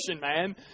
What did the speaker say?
man